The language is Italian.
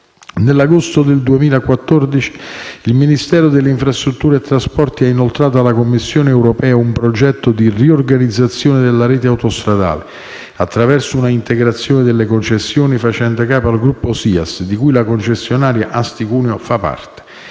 Nell'agosto 2014 il Ministero delle infrastrutture e dei trasporti ha inoltrato alla Commissione europea un progetto di riorganizzazione della rete autostradale attraverso un'integrazione delle concessioni facenti capo al gruppo SIAS, di cui la concessionaria Autostrada Asti-Cuneo fa parte.